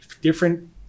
different